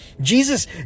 jesus